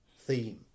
theme